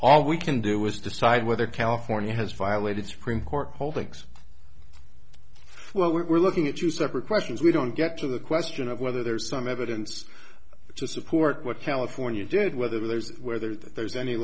all we can do is decide whether california has violated supreme court holdings well we're looking at you separate questions we don't get to the question of whether there's some evidence to support what california did whether there's whether there's any